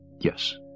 Yes